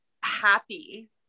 happy